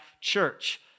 church